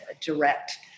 direct